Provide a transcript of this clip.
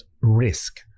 risk